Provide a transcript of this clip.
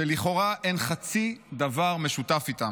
שלכאורה אין חצי דבר משותף איתם.